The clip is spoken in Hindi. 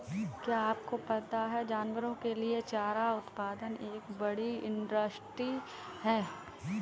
क्या आपको पता है जानवरों के लिए चारा उत्पादन एक बड़ी इंडस्ट्री है?